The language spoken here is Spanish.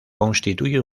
constituye